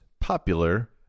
popular